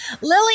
Lily